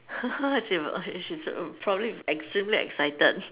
she she's probably extremely excited